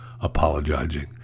apologizing